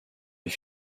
est